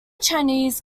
chinese